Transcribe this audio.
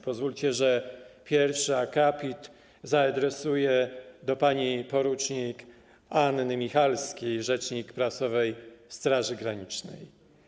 Pozwólcie, że pierwszy akapit zaadresuję do pani por. Anny Michalskiej, rzecznik prasowej Straży Granicznej.